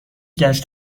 گشت